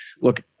look